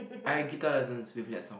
I had guitar lessons with that song